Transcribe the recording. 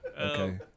okay